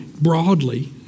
broadly